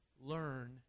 learn